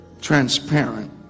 transparent